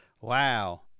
Wow